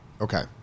Okay